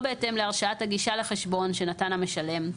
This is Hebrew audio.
בהתאם להרשאת הגישה לחשבון שנתן המשלם,